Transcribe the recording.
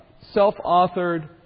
self-authored